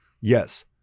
yes